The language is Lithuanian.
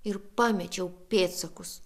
ir pamečiau pėdsakus